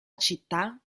città